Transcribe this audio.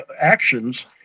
actions